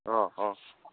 অঁ অঁ